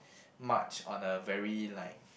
much on a very like